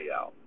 out